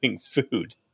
food